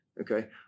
Okay